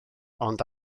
ond